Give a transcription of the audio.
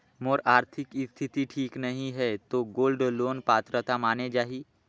मोर आरथिक स्थिति ठीक नहीं है तो गोल्ड लोन पात्रता माने जाहि?